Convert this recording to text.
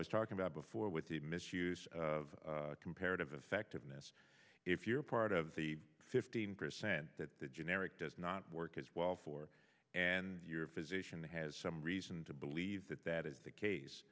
was talking about before with the misuse of comparative effectiveness if you're part of the fifteen percent that the generic does not work as well for and your physician has some reason to believe that that is the case